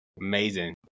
Amazing